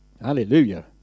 Hallelujah